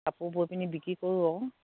কাপোৰ বৈ পিনি বিক্ৰী কৰো আৰু